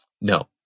No